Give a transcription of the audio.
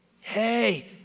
Hey